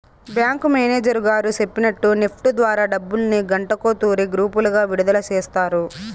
bank manager గారు సెప్పినట్టు NEFT ద్వారా డబ్బుల్ని గంటకో తూరి గ్రూపులుగా విడదల సేస్తారు